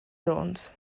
jones